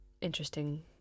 interesting